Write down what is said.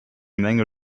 menge